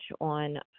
on